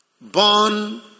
born